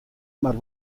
mar